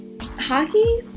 Hockey